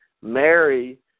Mary